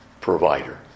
provider